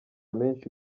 menshi